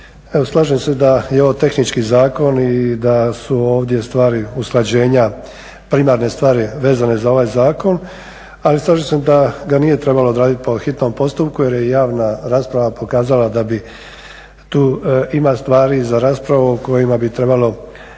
slažem se da je ovo tehnički zakon i da su ovdje stvari usklađenja, primarne stvari vezane za ovaj zakona. Ali slažem se ga nije trebalo odraditi po hitnom postupku jer je javna rasprava pokazala da bi tu ima stvari za raspravu o kojima bi trebalo raspraviti